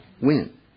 win